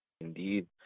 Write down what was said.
Indeed